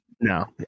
No